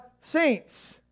saints